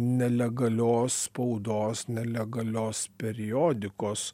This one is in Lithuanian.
nelegalios spaudos nelegalios periodikos